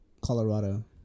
Colorado